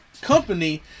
company